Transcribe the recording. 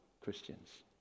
Christians